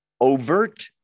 Overt